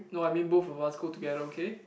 no I mean both of us go together okay